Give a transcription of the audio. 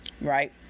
right